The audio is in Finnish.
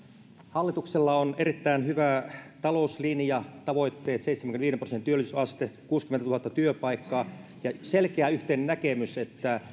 hallituksella on erittäin hyvä talouslinja tavoitteet seitsemänkymmenenviiden prosentin työllisyysaste kuusikymmentätuhatta työpaikkaa ja selkeä yhteinen näkemys että